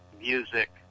music